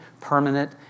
permanent